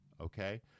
Okay